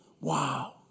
wow